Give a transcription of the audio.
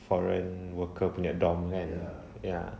foreign worker punya dorm kan ya